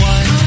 One